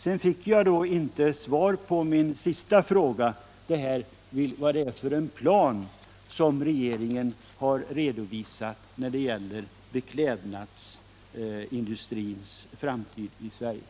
Jag fick inte något svar på min sista fråga om vad det är för plan för beklädnadsindustrins framtid i Sverige som regeringen har redovisat.